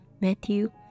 Matthew